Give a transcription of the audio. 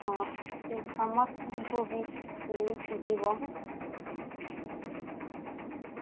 ହଁ ହଁ ସମସ୍ତଙ୍କୁ ବି ନେଇକି ଯିବ